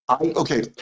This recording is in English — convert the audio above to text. okay